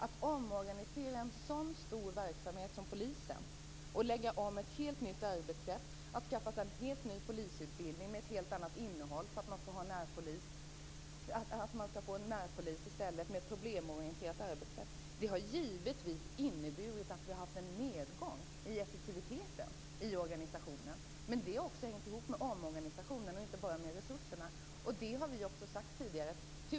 Att omorganisera en sådan stor verksamhet som polisen, att lägga om till ett helt nytt arbetssätt och att skaffa sig en helt ny polisutbildning med ett helt annat innehåll, för att man i stället skall få närpolis med ett problemorienterat arbetssätt, innebär givetvis att man får en nedgång i effektiviteten i organisationen. Men det har hängt ihop med omorganisationen, inte bara med resurserna, och det har vi också sagt tidigare.